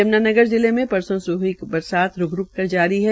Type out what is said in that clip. यम्नानगर जिले में परसो से शुरू हुई बरसात रूक रूक कर जारी ह